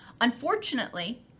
Unfortunately